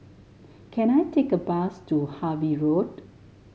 can I take a bus to Harvey Road